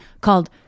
called